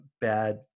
bad